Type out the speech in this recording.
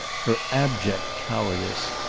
her abject cowardice.